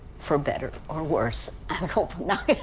for better or worse, i hope not.